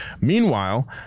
Meanwhile